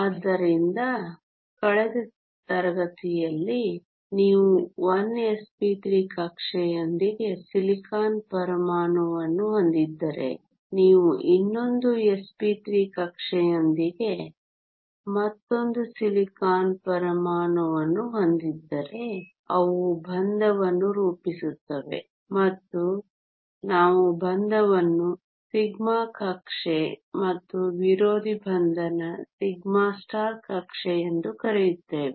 ಆದ್ದರಿಂದ ಕಳೆದ ತರಗತಿಯಲ್ಲಿ ನೀವು 1 sp3 ಕಕ್ಷೆಯೊಂದಿಗೆ ಸಿಲಿಕಾನ್ ಪರಮಾಣುವನ್ನು ಹೊಂದಿದ್ದರೆ ನೀವು ಇನ್ನೊಂದು sp3 ಕಕ್ಷೆಯೊಂದಿಗೆ ಮತ್ತೊಂದು ಸಿಲಿಕಾನ್ ಪರಮಾಣುವನ್ನು ಹೊಂದಿದ್ದರೆ ಅವು ಬಂಧವನ್ನು ರೂಪಿಸುತ್ತವೆ ಮತ್ತು ನಾವು ಬಂಧವನ್ನು σ ಕಕ್ಷೆ ಮತ್ತು ವಿರೋಧಿ ಬಂಧನ σ ಕಕ್ಷೆಎಂದು ಕರೆಯುತ್ತೇವೆ